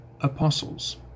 apostles